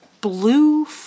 blue